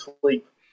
sleep